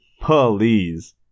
Please